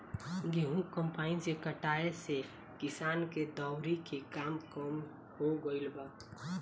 गेंहू कम्पाईन से कटाए से किसान के दौवरी के काम कम हो गईल बा